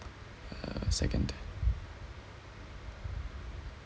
a second